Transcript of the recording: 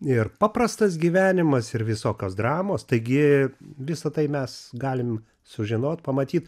ir paprastas gyvenimas ir visokios dramos taigi visa tai mes galim sužinot pamatyt